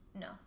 no